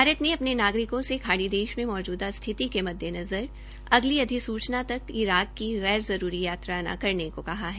भारत ने अपने नागरिकों से खाड़ी देश में मौज़दा स्थिति के मद्देनज़र अधिसूचना तक इराक की गैर जरूरी यात्रा न करने को कहा है